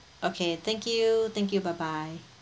okay thank you thank you bye bye